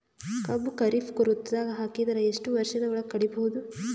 ಕಬ್ಬು ಖರೀಫ್ ಋತುದಾಗ ಹಾಕಿದರ ಎಷ್ಟ ವರ್ಷದ ಒಳಗ ಕಡಿಬಹುದು?